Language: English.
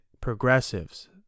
progressives